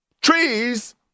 trees